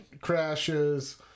crashes